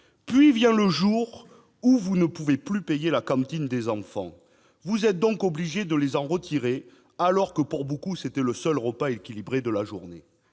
Puis vient le jour où vous ne pouvez plus payer la cantine des enfants. Vous êtes donc obligé de les en retirer, alors que, pour beaucoup, c'était le seul repas équilibré de la journée.